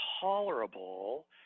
tolerable